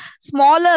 smaller